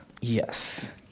Yes